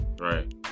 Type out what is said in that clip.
Right